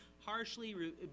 harshly